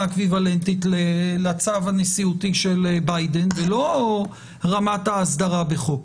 האקוויוולנטית לצו הנשיאותי של ביידן ולא רמת האסדרה בחוק.